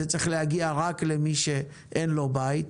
זה צריך להגיע רק למי שאין לו בית.